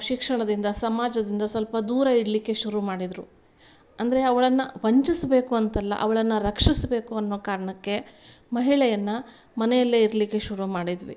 ಶಿಕ್ಷಣದಿಂದ ಸಮಾಜದಿಂದ ಸ್ವಲ್ಪ ದೂರ ಇಡಲಿಕ್ಕೆ ಶುರು ಮಾಡಿದ್ದರು ಅಂದರೆ ಅವಳನ್ನ ವಂಚಿಸಬೇಕು ಅಂತಲ್ಲ ಅವಳನ್ನ ರಕ್ಷಿಸಬೇಕು ಅನ್ನೋ ಕಾರಣಕ್ಕೆ ಮಹಿಳೆಯನ್ನ ಮನೆಯಲ್ಲೇ ಇರಲಿಕ್ಕೆ ಶುರು ಮಾಡಿದ್ವಿ